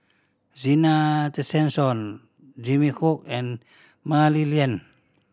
Zena Tessensohn Jimmy Chok and Mah Li Lian